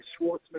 Schwartzman